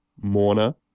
Mourner